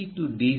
C D